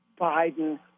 Biden